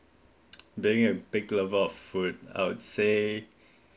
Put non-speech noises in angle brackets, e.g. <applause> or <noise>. being a big lover of food I would say <breath>